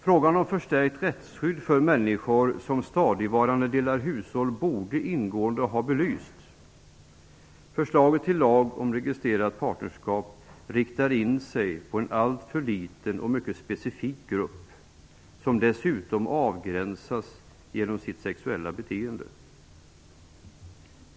Frågan om förstärkt rättsskydd för människor som stadigvarande delar hushåll borde ha belysts ingående. Förslaget till lag om registrerat partnerskap riktar in sig på en alltför liten och mycket specifik grupp som dessutom avgränsas av sitt sexuella beteende.